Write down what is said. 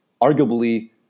arguably